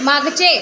मागचे